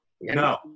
No